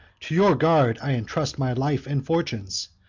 to your guard i intrust my life and fortunes.